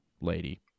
lady